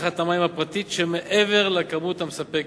צריכת המים הפרטית שמעבר לכמות המספקת.